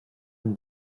and